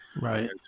Right